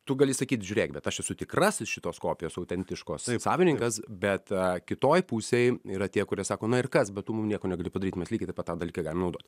tu gali sakyt žiūrėk bet aš esu tikrasis šitos kopijos autentiškos savininkas bet kitoj pusėj yra tie kurie sako na ir kas bet tu mum nieko negali padaryt mes lygiai taip pat tą dalyką galim naudot